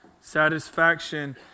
Satisfaction